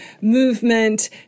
movement